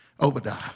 Obadiah